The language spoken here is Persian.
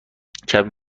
کمی